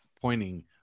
pointing